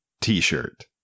t-shirt